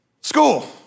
school